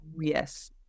yes